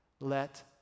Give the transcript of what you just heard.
let